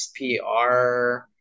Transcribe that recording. spr